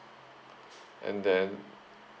and then